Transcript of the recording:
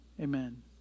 amen